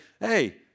hey